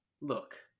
look